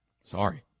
sorry